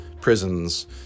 prisons